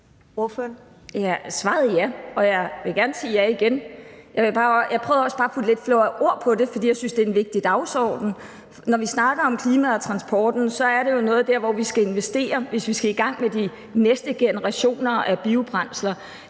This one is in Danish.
Svaret er ja, og jeg vil gerne sige ja igen. Jeg prøvede også bare at putte lidt flere ord på det, fordi jeg synes, det er en vigtig dagsorden. Når vi snakker om klima og transporten, er det jo der, vi skal investere, hvis vi skal i gang med de næste generationer af biobrændsler.